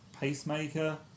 pacemaker